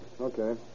Okay